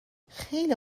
خیلی